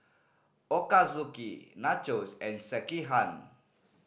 Ochazuke Nachos and Sekihan